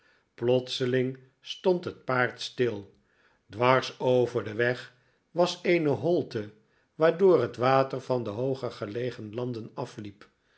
over den weg was eonc holte waardoor het water van de hooger gelegen landen afliep